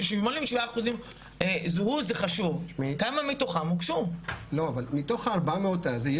87% זוהה, זה חשוב, כמה מתוכם הוגשו.